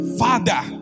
father